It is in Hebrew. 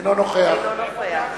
אינו נוכח